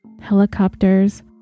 helicopters